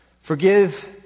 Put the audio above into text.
forgive